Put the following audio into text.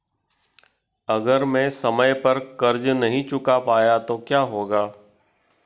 अगर मैं समय पर कर्ज़ नहीं चुका पाया तो क्या होगा?